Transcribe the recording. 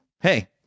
Hey